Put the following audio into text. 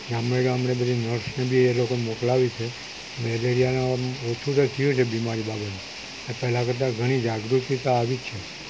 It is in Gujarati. ગામડે ગામડે બધી નર્સને બી એ લોકો મોકલાવે છે મેલેરિયાના આમ ઓછું તો થયું છે બીમારી બાબતે પહેલાં કરતાં ઘણી જાગૃતિ આવી છે